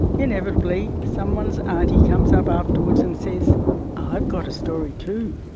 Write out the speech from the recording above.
inevitably someone's aunty comes up afterwards and says i've got a story too.